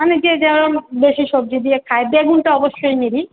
মানে যে যেরম বেশি সবজি দিয়ে খায় বেগুনটা অবশ্যই নিবি